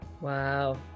Wow